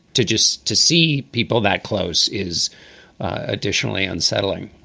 to just to see people that close is additionally unsettling